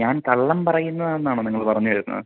ഞാൻ കള്ളം പറയുന്നതാണെന്നാണോ നിങ്ങൾ പറഞ്ഞു വരുന്നത്